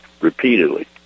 repeatedly